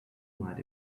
might